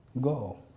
Go